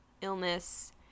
illness